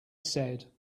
said